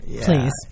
Please